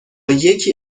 یکی